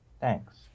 thanks